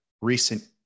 recent